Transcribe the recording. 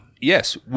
yes